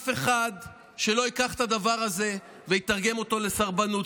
שאף אחד לא ייקח את הדבר הזה ויתרגם אותו לסרבנות,